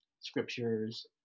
scriptures